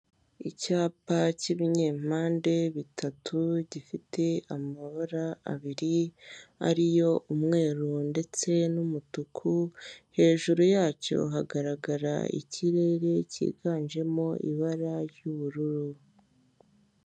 Icyapa kiri ku muhanda. Iki cyapa kigizwe n'amabara y'umweru n'umutuku, ariko nta kintu na kimwe cyanditseho.